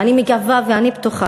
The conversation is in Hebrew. ואני מקווה ואני בטוחה,